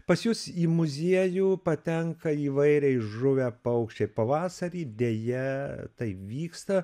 pas jus į muziejų patenka įvairiai žuvę paukščiai pavasarį deja tai vyksta